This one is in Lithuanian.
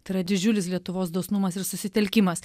tai yra didžiulis lietuvos dosnumas ir susitelkimas